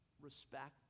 respect